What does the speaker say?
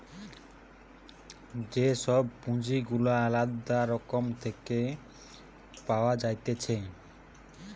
যে সব পুঁজি গুলা আলদা রকম থেকে পাওয়া যাইতেছে